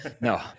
no